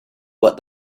what